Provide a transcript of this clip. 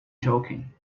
joking